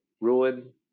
Ruin